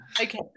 Okay